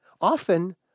Often